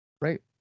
Right